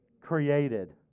Created